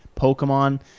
Pokemon